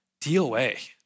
DoA